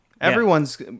Everyone's